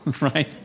right